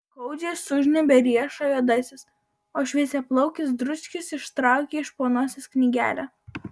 skaudžiai sužnybia riešą juodasis o šviesiaplaukis dručkis ištraukia iš po nosies knygelę